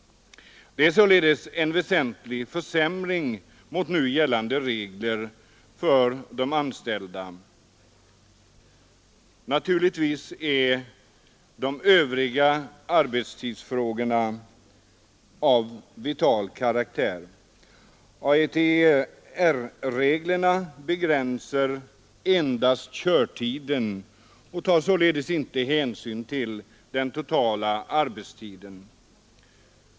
Det är således en väsentlig försämring för de anställda i jämförelse med nu gällande regler. Naturligtvis är de övriga arbetstidsfrågorna av vital karaktär. AETR reglerna begränsar endast körtiden och tar således inte hänsyn till den totala arbetstiden.